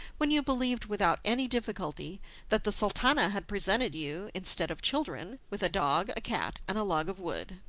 when you believed without any difficulty that the sultana had presented you, instead of children, with a dog, a cat, and a log of wood.